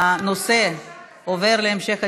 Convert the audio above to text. הנושא עובר להמשך הדיון,